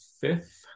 fifth